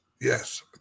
Yes